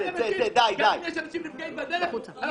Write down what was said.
יש אנשים נפגעים בדרך.